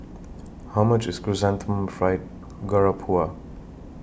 How much IS Chrysanthemum Fried Garoupa